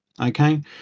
okay